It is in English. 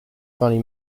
funny